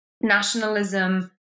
nationalism